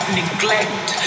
neglect